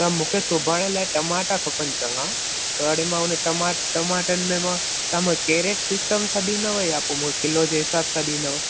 त मूंखे सुभाणे लाइ टमाटा खपनि चङा त वरी मां उन टमाट टमाटनि में मां ताम केरेट सिस्टम सां ॾींदोव या किलो जे हिसाबु सां ॾींदव